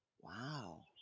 wow